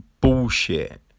bullshit